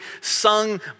sung